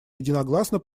единогласно